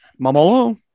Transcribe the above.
mamolo